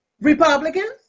Republicans